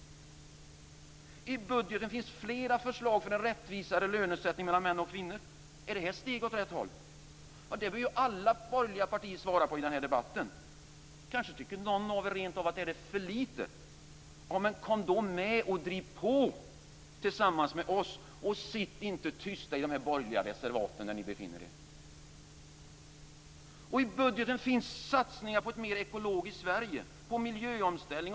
I budgeten finns flera förslag för en rättvisare lönesättning mellan män och kvinnor. Är det här steg åt rätt håll? Det bör alla borgerliga partier svara på i den här debatten. Kanske tycker någon av er rent av att det här är för lite. Men kom då med och driv på tillsammans med oss! Sitt inte tysta i de här borgerliga reservaten där ni befinner er. I budgeten finns satsningar på ett mer ekologiskt Sverige, på miljöomställning.